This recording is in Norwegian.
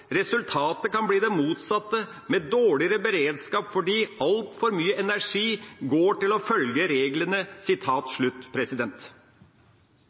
Resultatet kan bli det motsatte, med dårligere beredskap fordi altfor mye energi går til å følge reglene.»